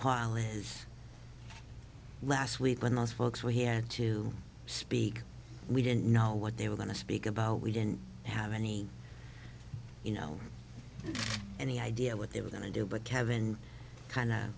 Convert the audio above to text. was last week when those folks were here to speak we didn't know what they were going to speak about we didn't have any you know any idea what they were going to do but calving kind